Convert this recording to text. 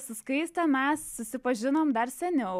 su skaiste mes susipažinom dar seniau